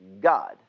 God